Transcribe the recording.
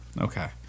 Okay